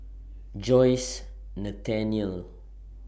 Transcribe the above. Joyce Nathanael